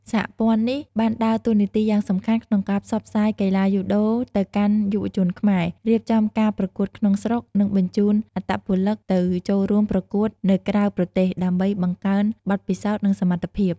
សហព័ន្ធនេះបានដើរតួនាទីយ៉ាងសំខាន់ក្នុងការផ្សព្វផ្សាយកីឡាយូដូទៅកាន់យុវជនខ្មែរ រៀបចំការប្រកួតក្នុងស្រុក និងបញ្ជូនអត្តពលិកទៅចូលរួមប្រកួតនៅក្រៅប្រទេស ដើម្បីបង្កើនបទពិសោធន៍ និងសមត្ថភាព ។